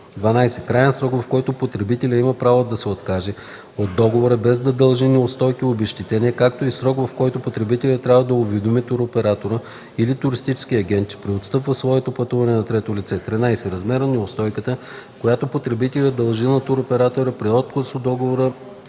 12. краен срок, в който потребителят има право да се откаже от договора, без да дължи неустойки и обезщетения, както и срок, в който потребителят трябва да уведоми туроператора или туристическия агент, че преотстъпва своето пътуване на трето лице; 13. размер на неустойката, която потребителят дължи на туроператора при отказ от договора